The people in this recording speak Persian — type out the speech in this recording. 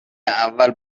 اول